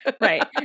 Right